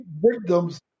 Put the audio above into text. victims